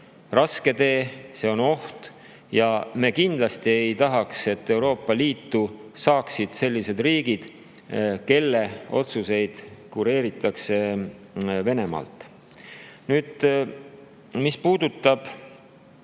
raske tee, see on oht. Ja me kindlasti ei tahaks, et Euroopa Liitu saaksid sellised riigid, kelle otsuseid kureeritakse Venemaalt. Nüüd, mis puudutab